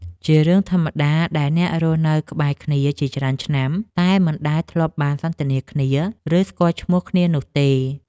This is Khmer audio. ជារឿងធម្មតាដែលអ្នករស់នៅក្បែរគ្នាជាច្រើនឆ្នាំតែមិនដែលធ្លាប់បានសន្ទនាគ្នា ឬស្គាល់ឈ្មោះគ្នានោះទេ។